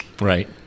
right